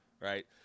right